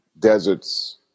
deserts